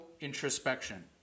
introspection